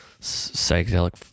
psychedelic